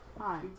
Hi